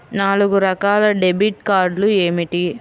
నాలుగు రకాల డెబిట్ కార్డులు ఏమిటి?